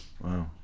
wow